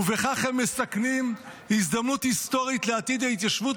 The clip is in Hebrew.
ובכך הם מסכנים הזדמנות היסטורית לעתיד ההתיישבות